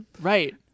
Right